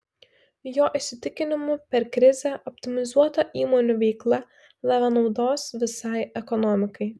jo įsitikinimu per krizę optimizuota įmonių veikla davė naudos visai ekonomikai